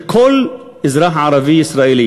שכל אזרח ערבי ישראלי